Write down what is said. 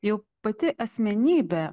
jau pati asmenybė